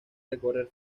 recorrer